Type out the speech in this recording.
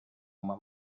uma